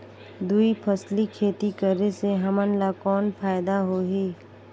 दुई फसली खेती करे से हमन ला कौन फायदा होही?